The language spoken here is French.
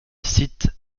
cite